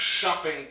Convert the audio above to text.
shopping